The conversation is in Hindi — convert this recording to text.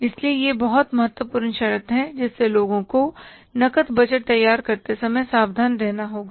इसलिए यह बहुत महत्वपूर्ण शर्त है जिससे लोगों को नकद बजट तैयार करते समय सावधान रहना होगा